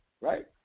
right